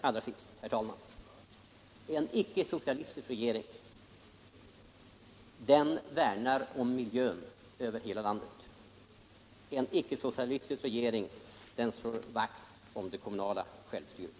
Allra sist, herr talman: En icke-socialistisk regering värnar om miljön över hela landet. En icke-socialistisk regering slår vakt om det kommunala självstyret.